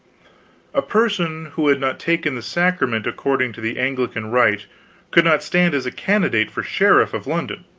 a person who had not taken the sacrament according to the anglican rite could not stand as a candidate for sheriff of london.